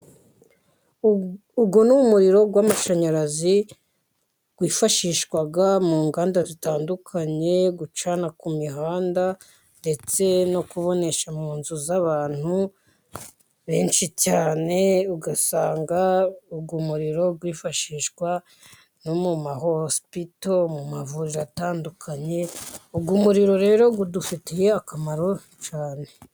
Uyu ni umuriro w'amashanyarazi, wifashishwa mu nganda zitandukanye, gucana ku mihanda ndetse no kubonesha mu nzu z'abantu benshi cyane, usanga uwo muririro wifashishwa no mu ma hosipito, mu mavuriro atandukanye, uwo muriro rero udufitiye akamaro cyane.